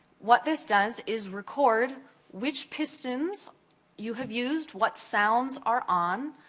what this does, is record which pistons you have used, what sounds are on,